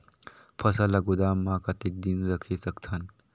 फसल ला गोदाम मां कतेक दिन रखे सकथन?